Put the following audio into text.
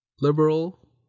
liberal